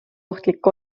ohtlik